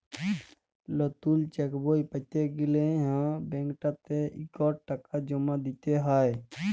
লতুল চ্যাকবই প্যাতে গ্যালে হুঁ ব্যাংকটতে ইকট টাকা দাম দিতে হ্যয়